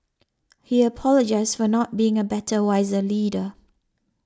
he apologised for not being a better wiser leader